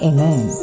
Amen